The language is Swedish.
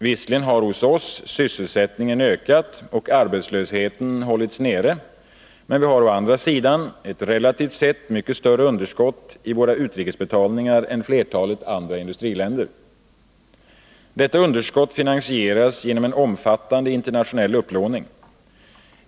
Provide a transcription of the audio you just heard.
Visserligen har hos oss sysselsättningen ökat och arbetslösheten hållits nere, men vi har å andra sidan ett relativt sett mycket större underskott i våra utrikesbetalningar än flertalet andra industriländer. Detta underskott finansieras genom en omfattande internationell upplåning.